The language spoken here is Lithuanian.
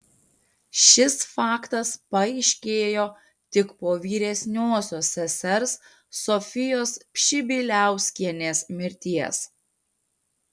šis faktas paaiškėjo tik po vyresniosios sesers sofijos pšibiliauskienės mirties